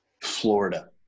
Florida